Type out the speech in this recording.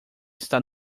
está